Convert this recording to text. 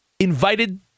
invited